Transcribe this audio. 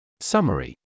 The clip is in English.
Summary